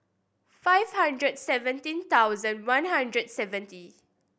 five hundred seventeen thousand one hundred seven